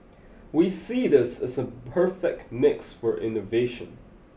we see this as the perfect mix for innovation